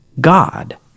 God